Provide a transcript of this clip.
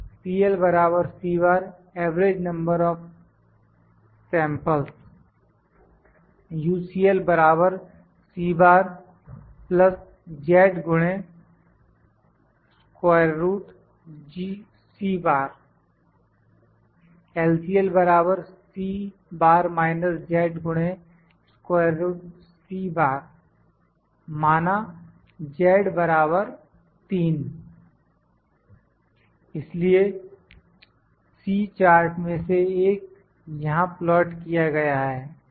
CL average number of samples UCL LCL माना z 3 इसलिए C chart में से एक यहां प्लाट किया गया है